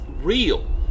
real